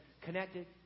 connected